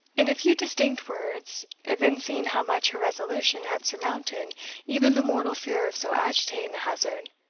in a few distinct words, evincing how much her resolution had surmounted even the mortal fear of so agitating a hazard,